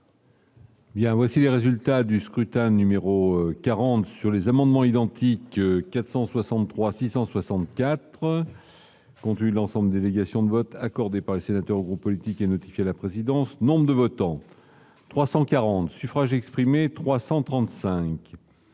y a aussi les résultats du scrutin numéro 40 sur les amendements identiques 463 664 conclut l'ensemble délégation de vote accordé par les sénateurs vont politique et notifié la présidence nombre de votants 340 suffrages exprimés, 335